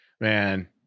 man